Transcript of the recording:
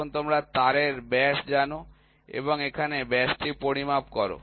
এখন তোমরা তারের ব্যাস জানো এবং এখানে ব্যাসটি পরিমাপ কর